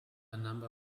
number